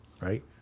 right